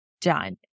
done